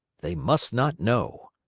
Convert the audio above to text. they must not know!